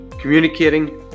communicating